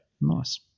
Nice